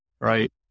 right